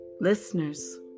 Listeners